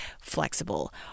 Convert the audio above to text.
flexible